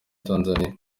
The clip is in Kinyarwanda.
tanzania